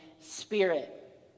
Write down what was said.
spirit